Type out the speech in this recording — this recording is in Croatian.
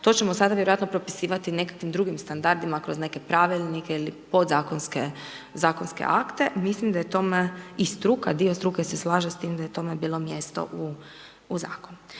To ćemo vjerojatno propisivati nekakvim drugim standardima, kroz neke pravilnike ili podzakonske akte. Mislim da je tome i struke, dio struke se slaže s time, da je tome bilo mjesto u zakonu.